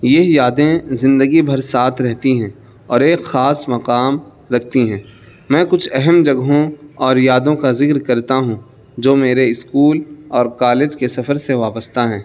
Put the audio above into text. یہ یادیں زندگی بھر ساتھ رہتی ہیں اور ایک خاص مقام رکھتی ہیں میں کچھ اہم جگہوں اور یادوں کا ذکر کرتا ہوں جو میرے اسکول اور کالج کے سفر سے وابستہ ہیں